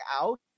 out